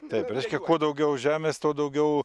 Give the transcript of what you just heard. taip reiškia kuo daugiau žemės tuo daugiau